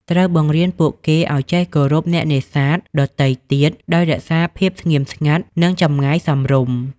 ត្រូវបង្រៀនពួកគេឱ្យចេះ គោរពអ្នកនេសាទ ដទៃទៀតដោយរក្សាភាពស្ងៀមស្ងាត់និងចម្ងាយសមរម្យ។